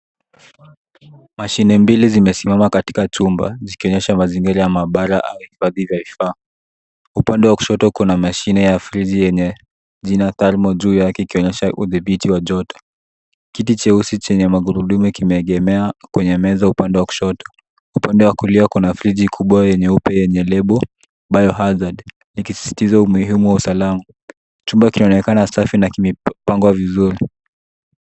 Mashine mbili zimesimama katika chumba, zikionyesha mazingira ya mabara au hifadhi vya vifaa. Upande wa kushoto kuna mashine ya friji yenye jina Tarmo juu yake ikioonyesha udhibiti wa joto. Kiti cheusi chenye magurudumu kimeegemea kwenye meza upande wa kushoto. Upande wa kulia kuna friji kubwa ya nyeupe yenye lebo Biohazard , likisisitiza umuhimu wa usalama. Chumba kinaonekana safi na kimepangwa vizuri.